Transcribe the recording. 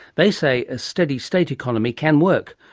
they say a steady state economy can work.